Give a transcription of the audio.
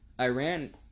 Iran